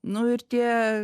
nu ir tie